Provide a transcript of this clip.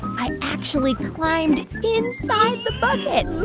i actually climbed inside the bucket.